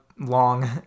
Long